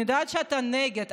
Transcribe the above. אני יודעת שאתה נגד,